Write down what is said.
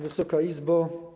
Wysoka Izbo!